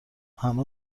همه